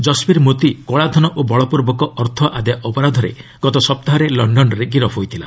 ଜଶ୍ବୀର୍ ମୋତି କଳାଧନ ଓ ବଳପୂର୍ବକ ଅର୍ଥ ଆଦାୟ ଅପରାଧରେ ଗତ ସପ୍ତାହରେ ଲଣ୍ଡନ୍ରେ ଗିରଫ ହୋଇଥିଲା